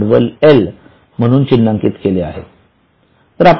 भांडवल एल म्हणून चिन्हांकित केले आहे